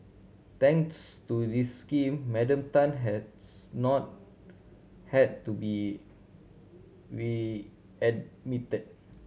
thanks to this scheme Madam Tan has not had to be